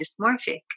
dysmorphic